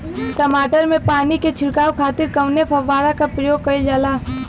टमाटर में पानी के छिड़काव खातिर कवने फव्वारा का प्रयोग कईल जाला?